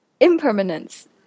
impermanence